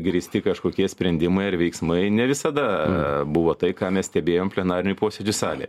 grįsti kažkokie sprendimai ar veiksmai ne visada buvo tai ką mes stebėjom plenarinių posėdžių salėj